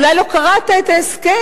אולי לא קראת את ההסכם,